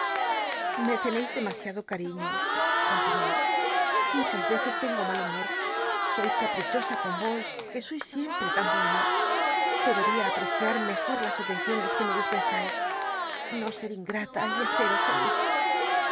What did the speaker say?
teneis demasiado cmiño continuó muchas veces tengo mal bumol soy caprichosa con vos que sois siempre tan bueno debel ia apreciar mejor las atenciones que me dispensais no ser ingrata y haceros feliz